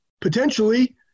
Potentially